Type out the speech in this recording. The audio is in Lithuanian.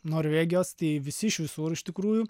norvegijos tai visi iš visur iš tikrųjų